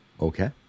Okay